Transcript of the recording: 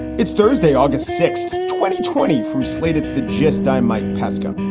it's thursday, august sixth, twenty twenty from slate, it's the gist. i'm mike pesca.